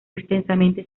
extensamente